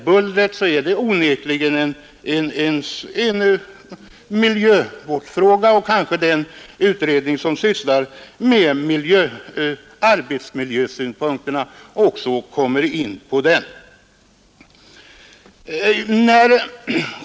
Bullret är onekligen en miljövårdsfråga och den utredning som sysslar med arbetsmiljön kanske också tar upp bullerproblemet.